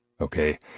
okay